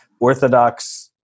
orthodox